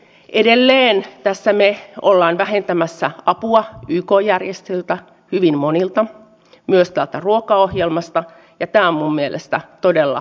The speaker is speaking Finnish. toivottavasti tässä uudessa strategiassa otetaan erityisesti huomioon energian pientuotannon mahdollistaminen ja tukeminen sekä energiatehokkuustoimenpiteiden ja älykkäiden energiajärjestelmien rakentaminen